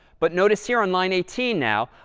but notice here on line eighteen, now,